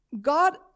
God